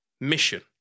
mission